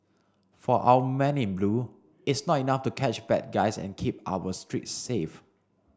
for our men in blue it's not enough to catch bad guys and keep our streets safe